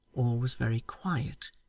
all was very quiet,